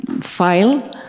file